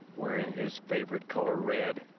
wearing in his favorite color. red.